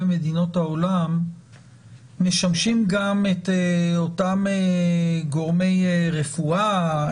מדינות העולם משמשים גם את אותם גורמי רפואה,